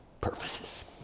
purposes